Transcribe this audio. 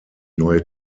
neue